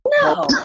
No